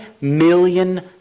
million